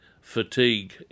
fatigue